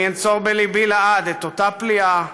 אני אנצור בלבי לעד את אותה פליאה,